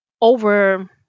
over